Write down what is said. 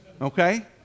okay